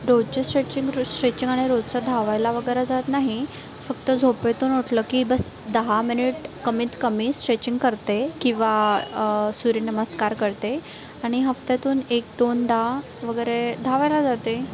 रोजच्या stretching stretching आणि रोजचं धावायला वगैरे जात नाही फक्त झोपेतून उठलं की बस दहा मिनिट कमीत कमी स्ट्रेचिंग करते किंवा सूर्यनमस्कार करते आणि हफ्त्यातून एक दोनदा वगैरे धावायला जाते